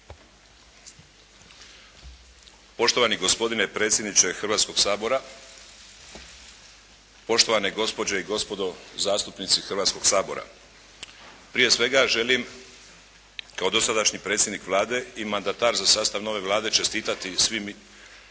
Poštovani gospodine predsjedniče Hrvatskog sabora, poštovane gospođe i gospodo zastupnici Hrvatskog sabora! Prije svega želim kao dosadašnji predsjednik Vlade i mandatar za sastav nove Vlade čestitati svim